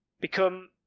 Become